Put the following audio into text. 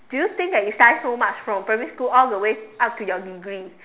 do you think that you study so much from primary school all the way up to your degree